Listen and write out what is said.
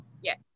Yes